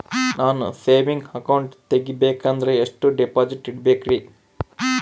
ನಾನು saving account ತೆಗಿಬೇಕಂದರ ಎಷ್ಟು ಡಿಪಾಸಿಟ್ ಇಡಬೇಕ್ರಿ?